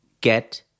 Get